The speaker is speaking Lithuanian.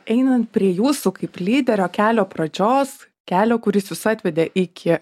einant prie jūsų kaip lyderio kelio pradžios kelio kuris jus atvedė iki